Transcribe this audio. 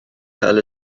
cael